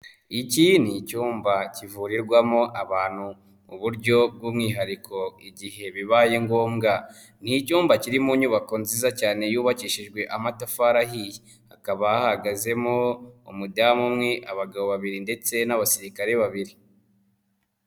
Iki ni icyumba kivurirwamo abantu mu buryo bw'umwihariko igihe bibaye ngombwa, ni icyumba kiri mu nyubako nziza cyane yubakishijwe amatafari ahiye, hakaba hahagazemo umudamu umwe, abagabo babiri ndetse n'abasirikare babiri.